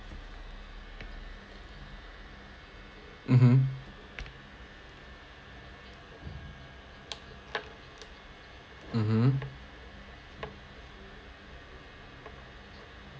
mmhmm mmhmm